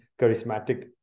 charismatic